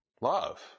love